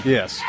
Yes